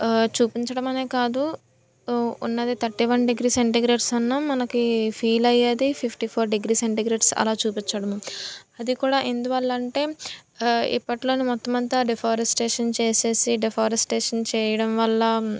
చూపించడమనే కాదు ఉన్నది thirty one degree centigrades అన్నా మనకి ఫీల్ అయ్యేది ఫిఫ్టీ ఫోర్ డిగ్రీ సెంటీగ్రేడ్స్ అలా చూపించడము అది కూడా ఎందువల్ల అంటే ఇప్పట్లోనే మొత్తమంతా డిఫారెస్టేషన్ చేసేసి డిఫారెస్టేషన్ చేయడం వల్ల